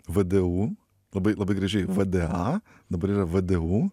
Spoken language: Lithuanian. vdu labai labai gražiai vda dabar yra vdu